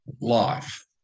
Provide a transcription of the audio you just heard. life